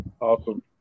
Awesome